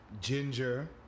ginger